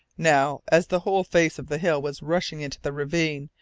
now, as the whole face of the hill was rushing into the ravine,